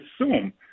assume